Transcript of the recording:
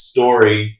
Story